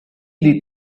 did